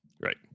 right